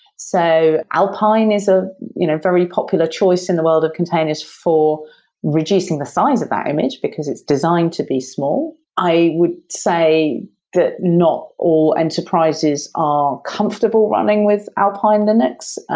so alpine is a you know very popular choice in the world of containers for reducing the size of that image, because it's designed to be small. i would say that not all enterprises are comfortable running with alpine linux.